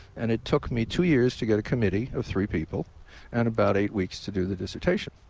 and it took me two years to get a committee of three people and about eight weeks to do the dissertation.